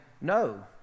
No